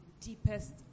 deepest